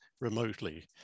remotely